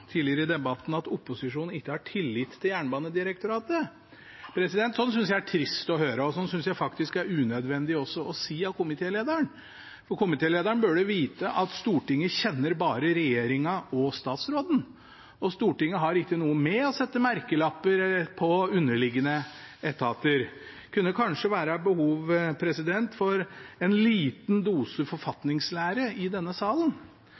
tidligere i debatten at opposisjonen ikke har tillit til Jernbanedirektoratet. Slikt synes jeg er trist å høre, og slikt synes jeg faktisk er unødvendig å si av komitélederen, for komitélederen burde vite at Stortinget kjenner bare regjeringen og statsråden, og Stortinget har ikke noe med å sette merkelapper på underliggende etater. Det kunne kanskje være behov for en liten dose forfatningslære i denne salen.